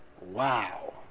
wow